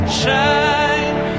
shine